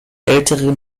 älteren